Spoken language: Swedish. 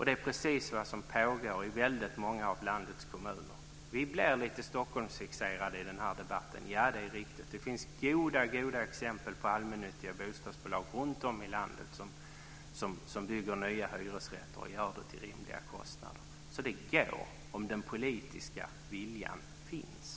Det är precis vad som pågår i väldigt många av landets kommuner. Det är riktigt att vi i den här debatten blev lite Stockholmsfixerade. Det finns mycket goda exempel på allmännyttiga bostadsbolag runtom i landet som bygger nya hyresrätter, till rimliga kostnader, så det går om den politiska viljan finns.